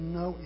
no